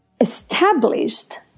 established